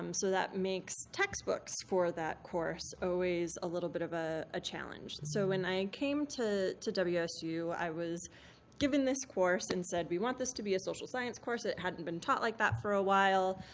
um so that makes textbooks for that course always a little bit of a a challenge. so when i came to to wsu, i was given this course, and said, we want this to be a social science course. it hadn't been taught like that for a while.